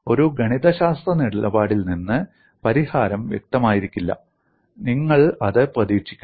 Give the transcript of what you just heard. ഒരു ഗണിതശാസ്ത്ര നിലപാടിൽ നിന്ന് പരിഹാരം കൃത്യമായിരിക്കില്ല നിങ്ങൾ അത് പ്രതീക്ഷിക്കണം